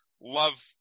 love